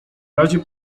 razie